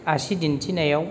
आसि दिन्थिनायाव